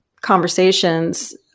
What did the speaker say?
conversations